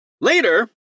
Later